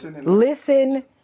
Listen